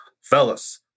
Fellas